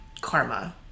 karma